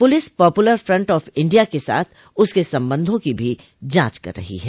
police Popular Front of India के साथ उसके संबंधों की भी जांच कर रही है